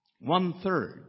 one-third